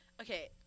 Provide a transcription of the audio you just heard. okay